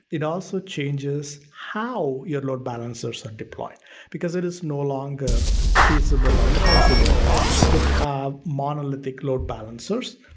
it also changes how your load balancers are deployed because it is no longer feasible or possible to have monolithic load balancers,